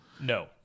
No